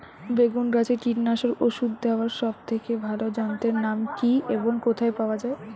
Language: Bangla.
বেগুন গাছে কীটনাশক ওষুধ দেওয়ার সব থেকে ভালো যন্ত্রের নাম কি এবং কোথায় পাওয়া যায়?